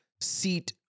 seat